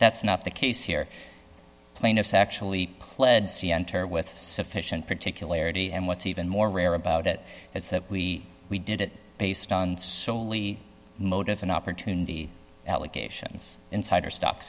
that's not the case here plaintiffs actually pled see enter with sufficient particularity and what's even more rare about it is that we we did it based on solely motive and opportunity allegations insider stock